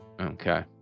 Okay